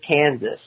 Kansas